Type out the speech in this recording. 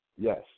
yes